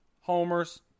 homers